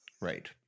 Right